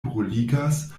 bruligas